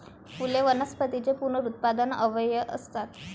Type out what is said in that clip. फुले वनस्पतींचे पुनरुत्पादक अवयव असतात